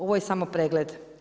Ovo je samo pregled.